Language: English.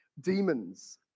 demons